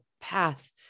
path